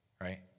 right